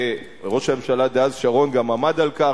וראש הממשלה דאז שרון גם עמד על כך,